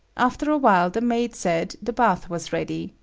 after a while the maid said the bath was ready,